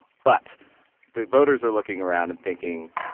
but the voters are looking around and thinking,